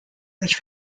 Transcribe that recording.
sich